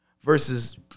versus